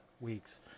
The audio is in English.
Weeks